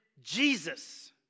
Jesus